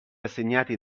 assegnati